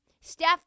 Steph